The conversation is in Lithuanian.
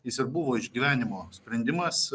jis ir buvo iš gyvenimo sprendimas